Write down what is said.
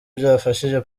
byafashije